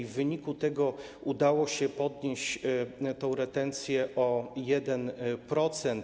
W wyniku tego udało się podnieść tę retencję o 1%.